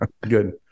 Good